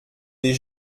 des